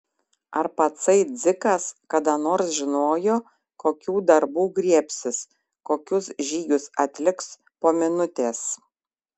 ar patsai dzikas kada nors žinojo kokių darbų griebsis kokius žygius atliks po minutės